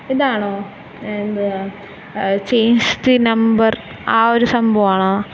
ഇതാണോ എന്തുവാ change the number ആ ഒരു സംഭാവമാണോ